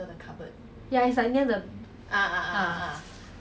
oh my god oh my god